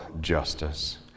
justice